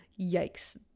yikes